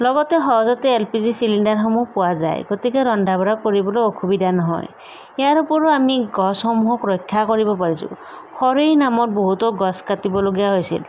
লগতে সহজতে L P G চিলিণ্ডাৰসমূহ পোৱা যায় গতিকে ৰন্ধা বঢ়া কৰিবলৈ অসুবিধা নহয় ইয়াৰোপৰি আমি গছসমূহক ৰক্ষা কৰিব পাৰিছোঁ খৰিৰ নামত বহুতো গছ কাটিবলগীয়া হৈছিল